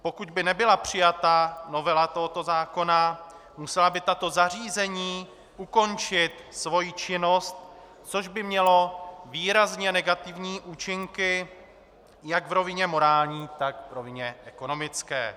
Pokud by nebyla přijata novela tohoto zákona, musela by tato zařízení ukončit svoji činnost, což by mělo výrazně negativní účinky jak v rovině morální, tak v rovině ekonomické.